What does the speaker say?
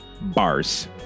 Bars